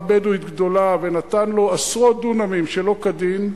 בדואית גדולה ונתן לו עשרות דונמים שלא כדין.